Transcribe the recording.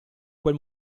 quel